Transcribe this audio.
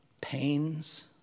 pains